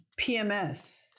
pms